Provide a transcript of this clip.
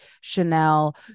Chanel